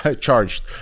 charged